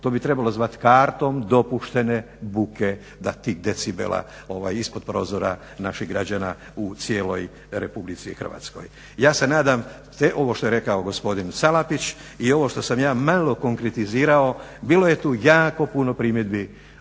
to bi trebalo zvati kartom dopuštene buke da tih decibela ispod prozora naših građana u cijeloj RH. Ja se nadam ovo što je rekao gospodin Salapić i ovo što sam ja malo konkretizirao bilo je tu jako puno primjedbi